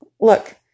Look